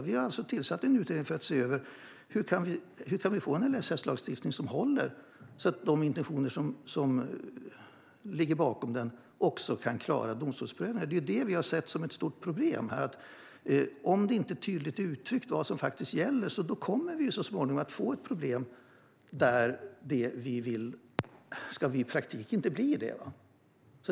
Vi har tillsatt en utredning för att se över hur vi kan få en LSS-lagstiftning som håller, så att de intentioner som ligger bakom också kan klara domstolsprövning. Är det inte tillräckligt tydligt uttryckt vad som faktiskt gäller kommer vi så småningom att få problem med att det vi vill ska bli praktik inte blir det.